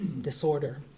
disorder